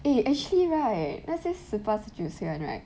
eh actually right 那些十八十九岁 one right